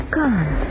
gone